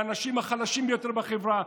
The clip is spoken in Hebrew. לאנשים החלשים ביותר בחברה,